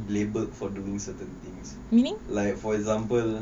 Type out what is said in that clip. labelled for doing certain things like for example